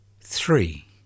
three